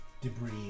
debris